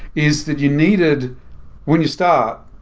is that you needed when you start,